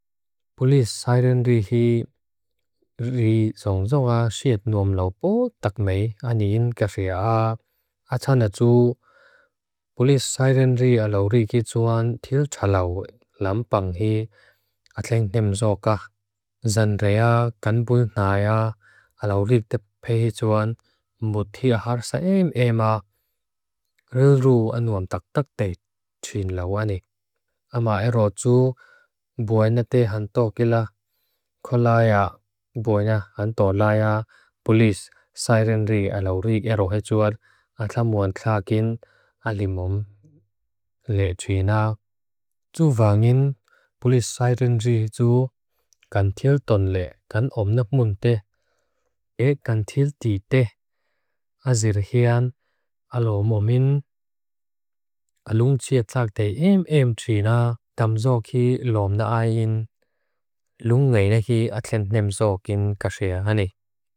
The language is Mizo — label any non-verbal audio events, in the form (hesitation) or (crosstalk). Polis sairen ri hi (hesitation) ri zongzonga siet nuam laupo takmei ani yin kafia. Atsanatu, polis sairen ri alaurikituan til txalau lam panghi atling nemzokah. Zan rea ganbunhaia alaurikituphe hituan mutia har saem ema. (hesitation) Rilru anuam taktak te chin lawani. Ema ero txu buenete hantokila (hesitation) kolaya buenahantolaya polis sairen ri alaurik ero hechuad atlamuan tlakin alimum. Le txuina, txu vangin polis sairen ri txu (hesitation) kantil tonle kan omnapmun te. (hesitation) Ek kantil tite. Azir hian, alomumin, (hesitation) alung txie takte im em txina tamzoki lomna ayin. Lung ngaynehi atling nemzokin kaxia ani.